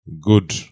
Good